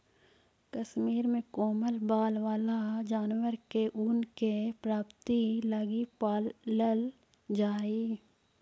कश्मीर में कोमल बाल वाला जानवर के ऊन के प्राप्ति लगी पालल जा हइ